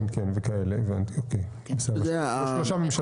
שלושה ממשלתיים.